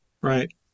Right